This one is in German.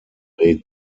regel